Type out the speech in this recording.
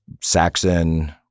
Saxon